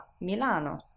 Milano